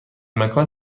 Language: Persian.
مکان